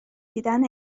دیدن